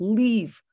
leave